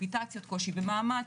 קושי במאמץ,